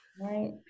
Right